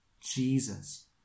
Jesus